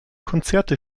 konzerte